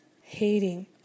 hating